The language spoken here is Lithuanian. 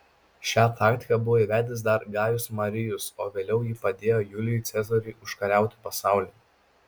šią taktiką buvo įvedęs dar gajus marijus o vėliau ji padėjo julijui cezariui užkariauti pasaulį